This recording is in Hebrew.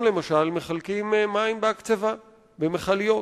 אנחנו צריכים הבנה חדשה לחלוטין בשאלה מהו הנושא הסביבתי,